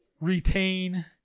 retain